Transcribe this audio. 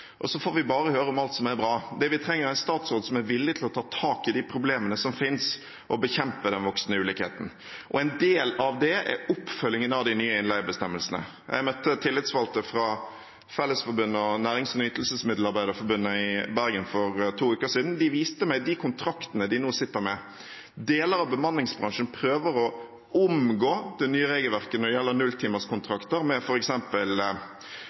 og så får vi bare høre om alt som er bra. Det vi trenger, er en statsråd som er villig til å ta tak i de problemene som finnes, og bekjempe den voksende ulikheten. En del av det er oppfølgingen av de nye innleiebestemmelsene. Jeg møtte tillitsvalgte fra Fellesforbundet og Norsk Nærings- og Nytelsesmiddelarbeiderforbund i Bergen for to uker siden. De viste meg de kontraktene de nå sitter med. Deler av bemanningsbransjen prøver å omgå det nye regelverket når det gjelder nulltimerskontrakter, med